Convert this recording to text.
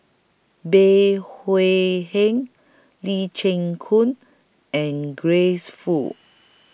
Bey Hui Heng Lee Chin Koon and Grace Fu